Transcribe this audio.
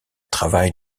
travail